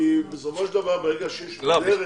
בסופו של רגע ברגע שיש --- לא,